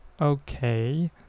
Okay